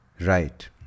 Right